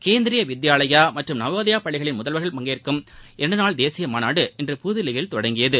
கேந்திரிய வித்யாவயா மற்றும் நவோதயா பள்ளிகளின் முதல்வர்கள் பங்கேற்கும் இரண்டு நாள் தேசிய மாநாடு இன்று புதுதில்லியில் தொடங்கியது